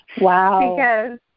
wow